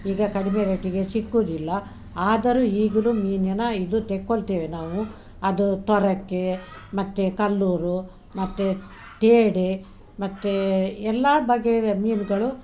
ಈಗ ಕಡಿಮೆ ರೇಟಿಗೆ ಸಿಕ್ಕುದಿಲ್ಲ ಆದರೂ ಈಗಲೂ ಮೀನಿನ ಇದು ತೆಕ್ಕೊಳ್ತೇವೆ ನಾವು ಅದು ತೊರಕ್ಕೆ ಮತ್ತು ಕಲ್ಲೂರು ಮತ್ತು ತೇಡೆ ಮತ್ತು ಎಲ್ಲಾ ಬಗೆಯ ಮೀನುಗಳು